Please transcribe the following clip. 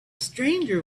stranger